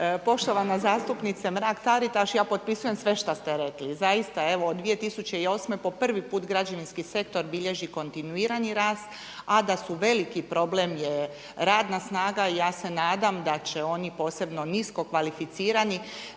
Poštovana zastupnice Mrak-Taritaš, ja potpisujem sve što ste rekli. Zaista evo od 2008. po prvi put građevinski sektor bilježi kontinuirani rast a da su veliki problem je radna snaga. I ja se nadam da će oni posebno niskokvalificirani